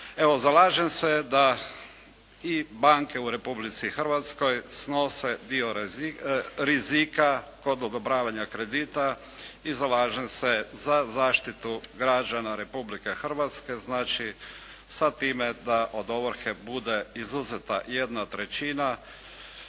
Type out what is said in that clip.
Zalažem se da i banke u Republici Hrvatskoj snose dio rizika kod odobravanja kredita i zalažem se za zaštitu građana Republike Hrvatske znači sa time da od ovrhe bude izuzeta jedna trećina